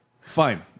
Fine